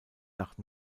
nach